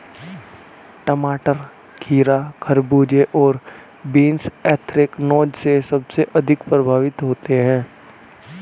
टमाटर, खीरा, खरबूजे और बीन्स एंथ्रेक्नोज से सबसे अधिक प्रभावित होते है